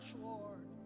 Lord